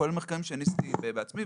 כולל מחקרים שאני עשיתי בעצמי,